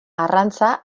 arrantza